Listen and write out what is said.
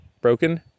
broken